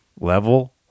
level